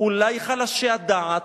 אולי חלשי הדעת,